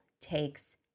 takes